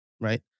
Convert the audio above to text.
Right